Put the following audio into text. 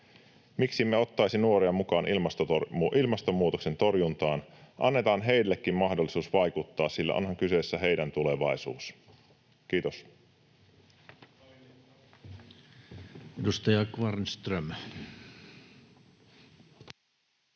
Miksi emme ottaisi nuoria mukaan ilmastonmuutoksen torjuntaan? Annetaan heillekin mahdollisuus vaikuttaa, sillä onhan kyseessä heidän tulevaisuutensa. — Kiitos.